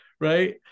Right